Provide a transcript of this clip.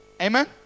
Amen